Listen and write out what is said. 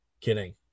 Kidding